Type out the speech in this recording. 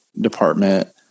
department